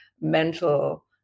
mental